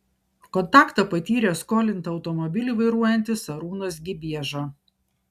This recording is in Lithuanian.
kontaktą patyrė skolinta automobilį vairuojantis arūnas gibieža